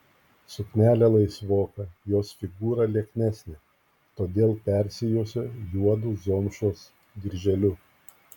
suknelė laisvoka jos figūra lieknesnė todėl persijuosė juodu zomšos dirželiu